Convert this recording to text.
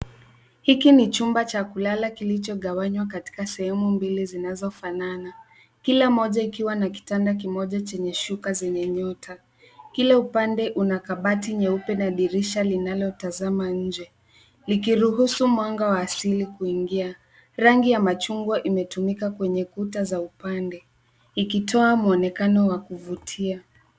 Hiki ni chumba cha kulala kilichogawanywa kwa sehemu mbili zinazofanana. Kila moja ikiwa na kitanda kimoja chenye shuka zenye nyota. Kila upande una kabati nyeupe na dirisha linalo tazama nje, likiruhusu mwanga wa asili kuingia. Rangi ya machungwa imetumika kwenye kuta za upande ikitoa mwonekano wa kuvutia.